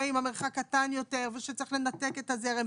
אם המרחק קטן יותר ושצריך לנתק את הזרם.